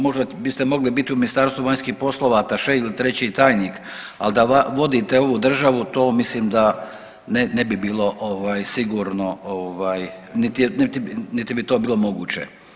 Možda biste mogli biti u Ministarstvu vanjskih poslova ataše ili treći tajnik, ali da vodite ovu državu to mislim da ne bi bilo sigurno niti bi to bilo moguće.